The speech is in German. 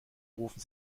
rufen